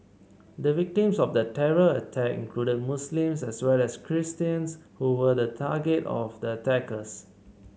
the victims of the terror attack included Muslims as well as Christians who were the target of the attackers